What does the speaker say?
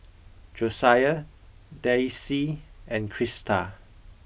Josiah Daisye and Crista